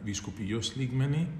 vyskupijos lygmeny